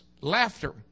laughter